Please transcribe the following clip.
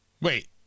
Wait